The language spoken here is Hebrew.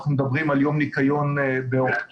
אנחנו מדברים על יום ניקיון באוקטובר,